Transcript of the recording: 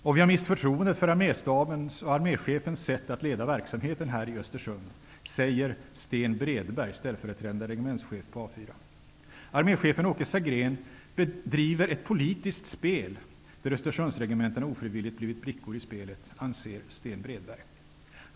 Och vi har mist förtroendet för Arméstabens och arméchefens sätt att leda verksamheten här i Östersund, säger Sten Arméchefen Åke Sagrén driver ett politiskt spel där Östersundsregementena ofrivilligt blivit brickor i spelet, anser Sten Bredberg.